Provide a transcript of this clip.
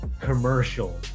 commercial